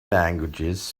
languages